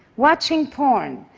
watching porn,